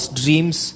dreams